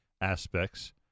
aspects